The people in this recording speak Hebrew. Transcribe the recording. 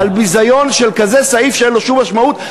על ביזיון של כזה סעיף שאין לו שום משמעות.